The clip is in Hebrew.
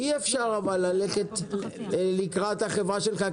אי אפשר אבל ללכת לקראת החברה שלך,